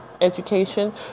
education